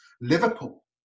Liverpool